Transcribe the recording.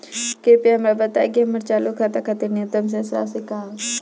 कृपया हमरा बताइं कि हमर चालू खाता खातिर न्यूनतम शेष राशि का ह